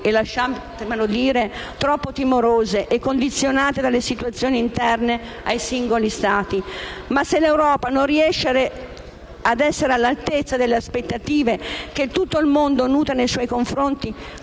- lasciatemelo dire - troppo timorose e condizionate dalle situazioni interne ai singoli Stati. Tuttavia, se l'Europa non riesce ad essere all'altezza delle aspettative che tutto il mondo nutre nei suoi confronti,